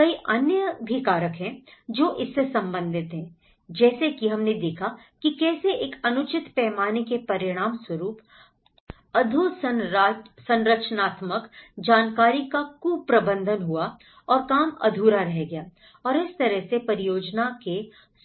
कई अन्य भी कारक हैं जो इससे संबंधित हैंI जैसे कि हमने देखा कि कैसे एक अनुचित पैमाने के परिणामस्वरूप अधोसंरचनात्मक जानकारी का कुप्रबंधन हुआ और काम अधूरा रह गयाI और इस तरह से परियोजना के